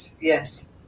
yes